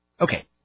Okay